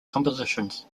compositions